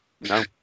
No